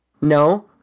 No